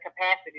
capacity